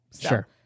Sure